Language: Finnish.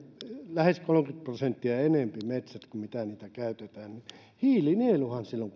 lähes kolmekymmentä prosenttia käytetään niin hiilinieluhan silloin